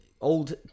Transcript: old